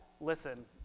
listen